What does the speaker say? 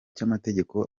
cy’amategeko